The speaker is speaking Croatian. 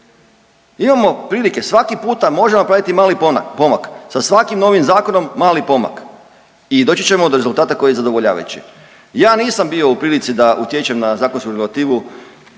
Imamo prilike, svaki puta možemo napraviti mali pomak sa svakim novim zakonom mali pomak i doći ćemo do rezultata koji je zadovoljavajući. Ja nisam bio u prilici da utječem na zakonsku regulativu